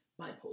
bipolar